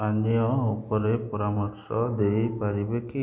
ପାନୀୟ ଉପରେ ପରାମର୍ଶ ଦେଇ ପାରିବେ କି